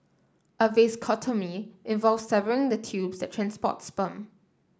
a vasectomy involves severing the tubes that transport sperm